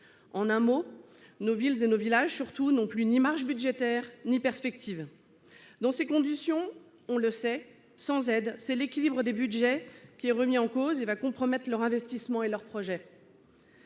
En un mot, nos villes et nos villages surtout non plus ni marge budgétaire ni perspective. Dans ces conditions, on le sait sans Z, c'est l'équilibre des Budgets qui est remis en cause et va compromettre leur investissement et leur projet.